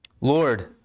Lord